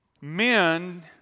men